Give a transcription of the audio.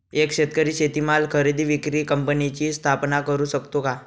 एक शेतकरी शेतीमाल खरेदी विक्री कंपनीची स्थापना करु शकतो का?